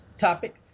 topic